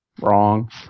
Wrong